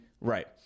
Right